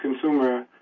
consumer